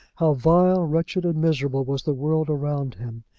how vile, wretched and miserable was the world around him!